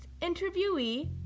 interviewee